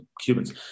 Cubans